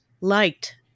liked